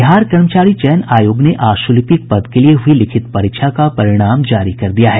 बिहार कर्मचारी चयन आयोग ने आशुलिपिक पद के लिये हुई लिखित परीक्षा का परिणाम जारी कर दिया है